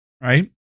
right